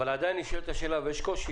אבל עדיין נשאלת השאלה, ויש קושי.